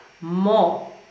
more